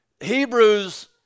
Hebrews